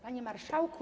Panie Marszałku!